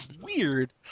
weird